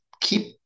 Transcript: keep